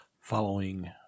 following